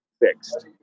fixed